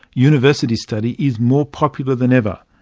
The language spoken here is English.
university study is more popular than ever.